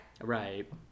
Right